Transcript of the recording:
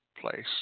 place